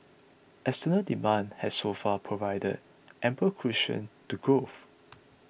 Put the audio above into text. external demand has so far provided ample cushion to growth